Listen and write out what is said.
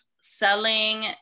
selling